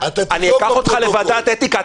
אני אקח אותך לוועדת אתיקה,